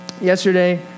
yesterday